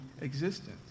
existence